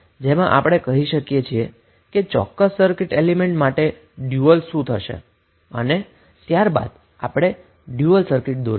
જેમાં આપણે કહીશુ કે ક્યા ચોક્કસ સર્કિટ એલીમેન્ટ માટેનું ડયુઅલ શું છે અને ત્યારબાદ આપણે ડયુઅલ સર્કિટ દોરીશું